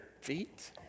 feet